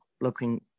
looking